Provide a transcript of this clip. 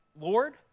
Lord